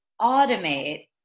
automate